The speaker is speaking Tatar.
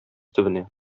төбенә